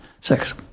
six